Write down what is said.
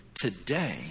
today